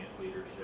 leadership